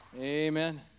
Amen